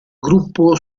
gruppo